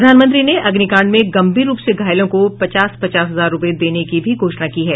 प्रधानमंत्री ने अग्निकाण्ड में गंभीर रूप से घायलों को पचास पचास हजार रुपये देने की भी घोषणा की है